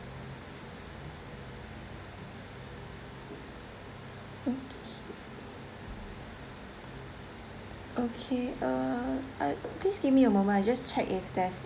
okay okay uh uh please give me a moment I just check if there's